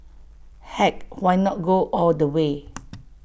heck why not go all the way